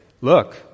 look